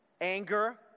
anger